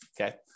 okay